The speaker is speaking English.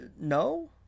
no